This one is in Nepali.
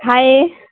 खाएँ